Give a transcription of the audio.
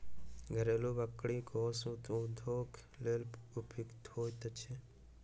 घरेलू बकरी मौस उद्योगक लेल उपयुक्त होइत छै